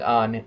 on